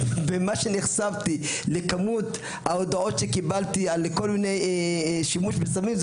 מאז, נחשפתי לכמות הודעות שקיבלתי על שימוש וסמים.